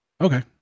Okay